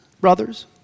brothers